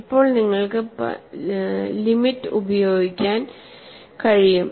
ഇപ്പോൾ നിങ്ങൾക്ക് ലിമിറ്റ് പ്രയോഗിക്കാൻ കഴിയും